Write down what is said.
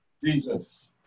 Jesus